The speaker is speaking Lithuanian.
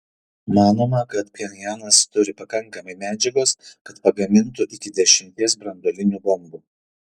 manoma kad pchenjanas turi pakankamai medžiagos kad pagamintų iki dešimties branduolinių bombų